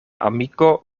amiko